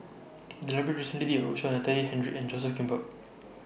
The Library recently did A roadshow on Natalie Hennedige and Joseph Grimberg